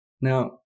Now